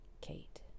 Kate